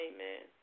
Amen